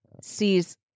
sees